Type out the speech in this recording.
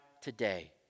today